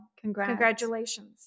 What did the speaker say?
congratulations